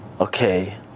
okay